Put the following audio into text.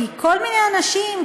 כי כל מיני אנשים,